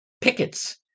Pickets